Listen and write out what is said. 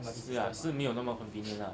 是啊是没有那么 convenient lah